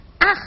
Ach